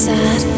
Sad